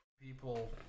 People